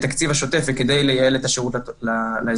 התקציב השוטף וכדי לייעל את השירות לאזרחים.